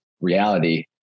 reality